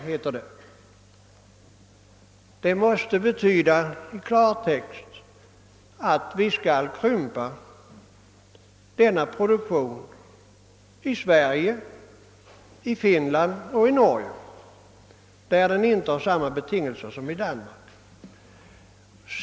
Detta måste i klartext betyda att vi skall krympa produktionen på detta område i Sverige, i Finland och i Norge där det inte föreligger samma produktionsbetingelser som i Danmark.